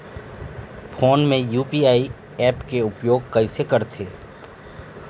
Phone मे UPI app के उपयोग कइसे करथे?